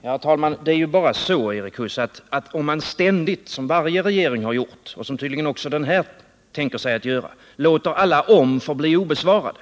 Herr talman! Det är bara så, Erik Huss, att varje regering hittills — och det tänker tydligen också den här göra — låtit alla om förbli obesvarade.